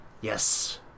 Yes